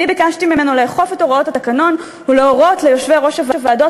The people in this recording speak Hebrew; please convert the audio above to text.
אני ביקשתי ממנו לאכוף את הוראות התקנון ולהורות ליושבי-ראש הוועדות